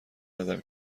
ندم